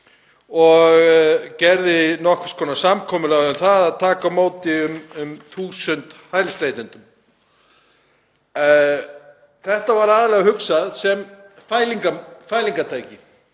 og gerði nokkurs konar samkomulag um að tekið yrði á móti um 1.000 hælisleitendum. Þetta var aðallega hugsað sem fælingartæki,